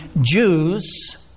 Jews